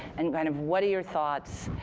and kind of what are your thoughts?